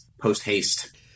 post-haste